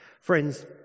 Friends